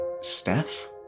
Steph